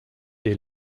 des